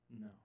No